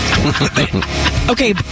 Okay